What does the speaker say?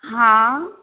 हा